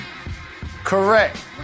Correct